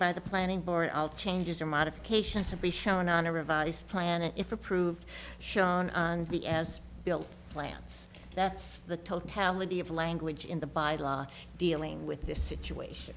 by the planning board of changes or modifications to be shown on a revised plan if approved shown on the as built plans that's the totality of language in the by law dealing with this situation